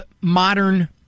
modern